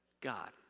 God